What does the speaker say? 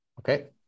Okay